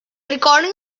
recording